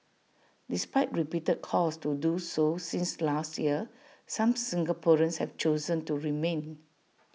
despite repeated calls to do so since last year some Singaporeans have chosen to remain